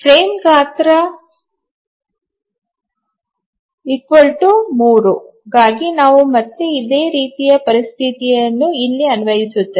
frame ಗಾತ್ರ 3 frame size3 ಗಾಗಿ ನಾವು ಮತ್ತೆ ಇದೇ ರೀತಿಯ ಪರಿಸ್ಥಿತಿಗಳನ್ನು ಇಲ್ಲಿ ಅನ್ವಯಿಸುತ್ತೇವೆ